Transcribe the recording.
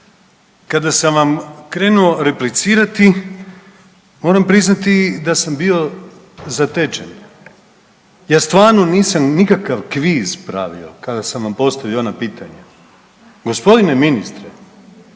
kada sam vam krenuo replicirati moram priznati da sam bio zatečen. Ja stvarno nisam nikakav kviz pravio kada sam vam postavio ona pitanja. Gospodine ministre,